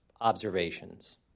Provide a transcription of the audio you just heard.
observations